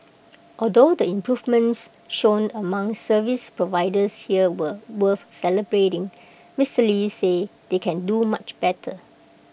although the improvements shown among service providers here were worth celebrating Mister lee said they can do much better